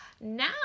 now